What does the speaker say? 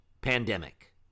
pandemic